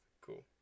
Cool